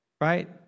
right